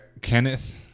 Kenneth